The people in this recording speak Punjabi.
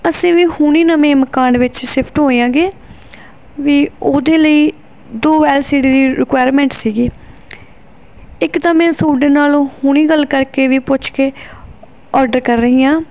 ਅਸੀਂ ਵੀ ਹੁਣ ਨਵੇਂ ਮਕਾਨ ਵਿੱਚ ਸਿਫਟ ਹੋਏ ਆਂਗੇ ਵੀ ਉਹਦੇ ਲਈ ਦੋ ਐਲ ਸੀ ਡੀ ਦੀ ਰਿਕੁਆਇਰਮੈਂਟ ਸੀਗੀ ਇੱਕ ਤਾਂ ਮੈਂ ਤੁਹਾਡੇ ਨਾਲ ਹੁਣ ਗੱਲ ਕਰਕੇ ਵੀ ਪੁੱਛ ਕੇ ਆਰਡਰ ਕਰ ਰਹੀ ਹਾਂ